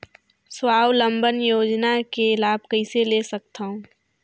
स्वावलंबन योजना के लाभ कइसे ले सकथव?